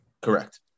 Correct